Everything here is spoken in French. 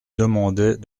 demandait